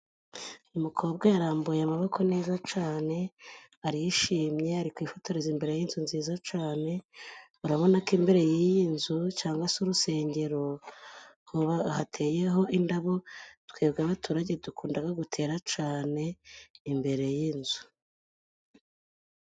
Uyu mukobwa yarambuye amaboko neza cyane, arishimye, ari kwifotoreza imbere y'inzu nziza cyane, urabona ko imbere y'iyi nzu cangwa se urusengero hateyeho indabo, twebwe abaturage dukunda gutera cyane imbere y'inzu.